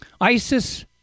ISIS